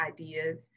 ideas